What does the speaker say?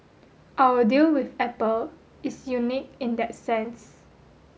our deal with Apple is unique in that sense